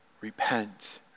repent